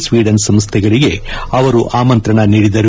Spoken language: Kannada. ಸ್ವೀಡನ್ ಸಂಸ್ವೆಗಳಿಗೆ ಅವರು ಆಮಂತ್ರಣ ನೀಡಿದರು